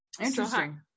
Interesting